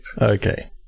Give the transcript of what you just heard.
Okay